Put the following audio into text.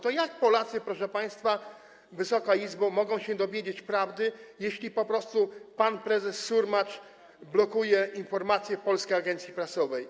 To jak Polacy, proszę państwa, Wysoka Izbo, mogą się dowiedzieć prawdy, jeśli po prostu pan prezes Surmacz blokuje informacje Polskiej Agencji Prasowej?